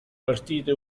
partite